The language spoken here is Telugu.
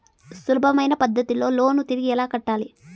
సులభమైన పద్ధతిలో లోను తిరిగి ఎలా కట్టాలి